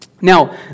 Now